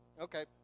Okay